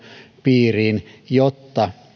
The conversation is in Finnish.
piiriin jotta